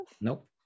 nope